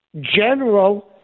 general